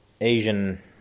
asian